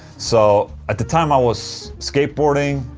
so, at the time i was skateboarding,